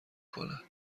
کند